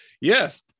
Yes